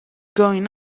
going